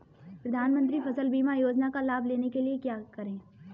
प्रधानमंत्री फसल बीमा योजना का लाभ लेने के लिए क्या करें?